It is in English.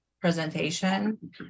presentation